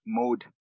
mode